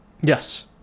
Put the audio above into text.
Yes